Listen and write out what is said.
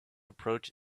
approach